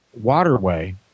waterway